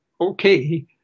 okay